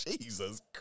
Jesus